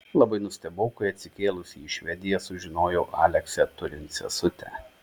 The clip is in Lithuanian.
labai nustebau kai atsikėlusi į švediją sužinojau aleksę turint sesutę